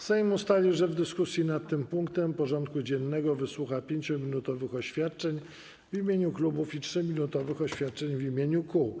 Sejm ustalił, że w dyskusji nad tym punktem porządku dziennego wysłucha 5-minutowych oświadczeń w imieniu klubów i 3-minutowych oświadczeń w imieniu kół.